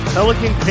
Pelican